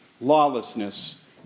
lawlessness